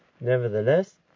Nevertheless